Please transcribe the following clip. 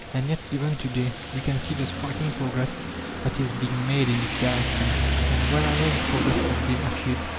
and yet even to-day we can see the striking progress that is being made in this direction and wherever this progress has been achieved,